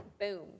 boom